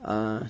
uh